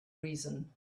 reason